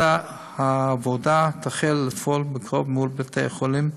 העבודה תחל לפעול בקרוב מול בית-החולים,